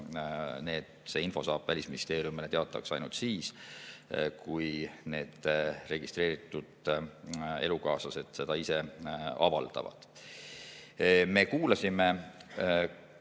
see info saab Välisministeeriumile teatavaks ainult siis, kui need registreeritud elukaaslased seda ise avaldavad. Me kuulasime